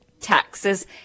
Taxes